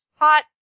Hot